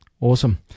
Awesome